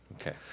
okay